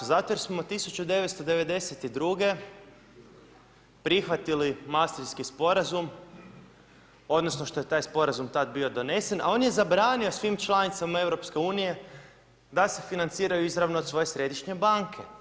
Zato jer smo 1992.-ge prihvatili Masterski Sporazum odnosno što je taj Sporazum bio tada donesen, a on je zabranio svim članicama EU da se financiraju izravno od svoje Središnje banke.